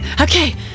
okay